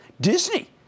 Disney